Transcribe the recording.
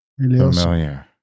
familiar